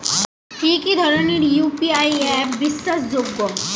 কি কি ধরনের ইউ.পি.আই অ্যাপ বিশ্বাসযোগ্য?